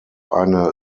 eine